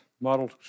modeled